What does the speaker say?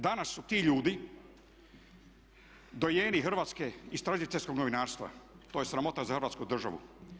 Danas su ti ljudi dojeni hrvatskog istražiteljskog novinarstva, to je sramota za hrvatsku državu.